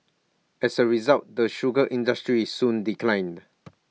as A result the sugar industry soon declined